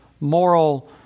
moral